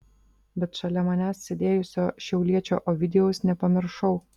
bet šalia manęs sėdėjusio šiauliečio ovidijaus nepamiršau